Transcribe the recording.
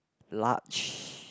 large